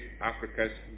Africa's